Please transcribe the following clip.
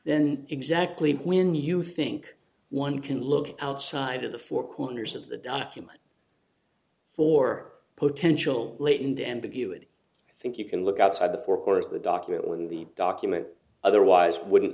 then exactly when you think one can look outside of the four corners of the document for potential late in the ambiguity i think you can look outside the four corners of the document when the document otherwise wouldn't